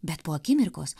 bet po akimirkos